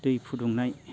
दै फुदुंनाय